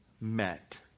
met